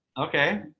Okay